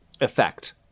effect